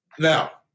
Now